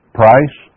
price